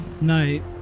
night